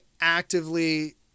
actively